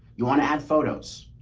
you want to add photos,